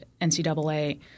NCAA